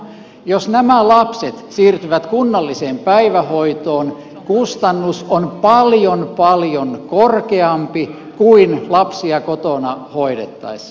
jos nämä lapset siirtyvät kunnalliseen päivähoitoon kustannus on paljon paljon korkeampi kuin lapsia kotona hoidettaessa